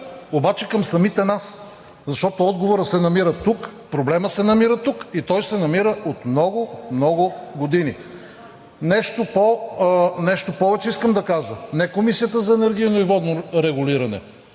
обаче към самите нас, защото отговорът се намира тук, проблемът се намира тук и се намира от много, много години. Нещо повече искам да кажа – не Комисията за енергийно и водно регулиране,